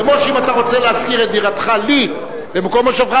כמו שאם אתה רוצה להשכיר את דירתך לי במקום מושבך,